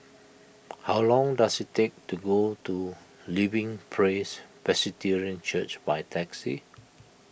how long does it take to go to Living Praise Presbyterian Church by taxi